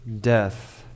death